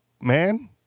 man